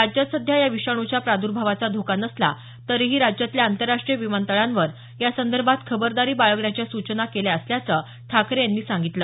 राज्यात सध्या या विषाणुच्या प्रादर्भावाचा धोका नसला तरीही राज्यातल्या आंतरराष्ट्रीय विमानतळांवर यासंदर्भात खबरदारी बाळगण्याच्या सूचना केल्या असल्याचं ठाकरे यांनी सांगितलं